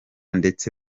ndetse